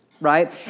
right